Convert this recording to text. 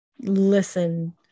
listen